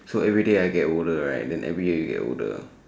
so everyday I get older right then everyday you get older